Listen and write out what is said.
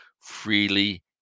freely